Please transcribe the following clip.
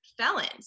felons